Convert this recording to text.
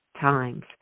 times